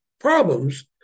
problems